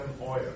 oil